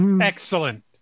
Excellent